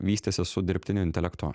vystysis su dirbtiniu intelektu